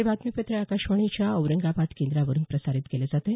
हे बातमीपत्र आकाशवाणीच्या औरंगाबाद केंद्रावरून प्रसारित केलं जात आहे